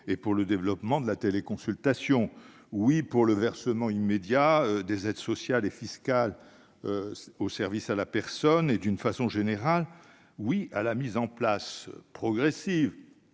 et pour le développement de la téléconsultation ; pour le versement immédiat des aides sociales et fiscales aux services à la personne et, plus généralement, la mise en place progressive